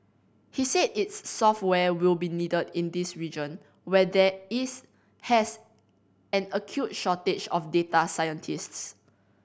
he said its software will be needed in this region where there is has an acute shortage of data scientists